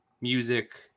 music